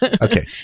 Okay